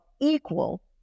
equal